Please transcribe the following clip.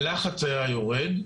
הלחץ היה יורד.